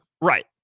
Right